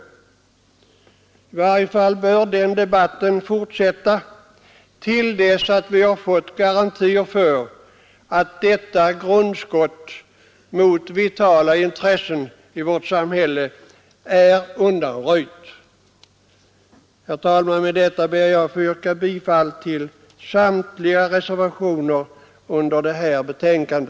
I varje fall bör den debatten fortsätta till dess att vi har fått garantier för att detta grundskott mot vitala intressen i vårt samhälle är undanröjt. Herr talman! Med detta ber jag att få yrka bifall till samtliga reservationer vid detta betänkande.